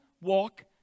walk